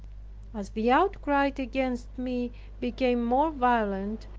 as the outcry against me became more violent,